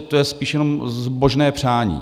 To je spíš jenom zbožné přání.